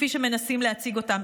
כפי שמנסים להציג אותם,